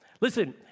Listen